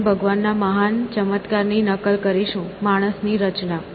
આપણે ભગવાનના મહાન ચમત્કારની નકલ કરીશું માણસની રચના